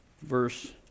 verse